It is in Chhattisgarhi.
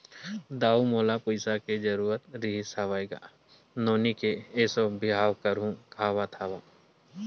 दाऊ मोला पइसा के जरुरत रिहिस हवय गा, नोनी के एसो बिहाव करहूँ काँहत हँव